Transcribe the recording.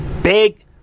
Big